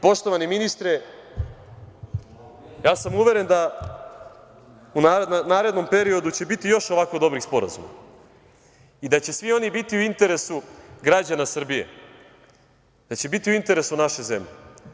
Poštovani ministre, ja sam uveren da u narednom periodu će biti još ovako dobrih sporazuma i da će svi oni biti u interesu građana Srbije, da će biti u interesu naše zemlje.